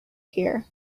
here